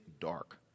dark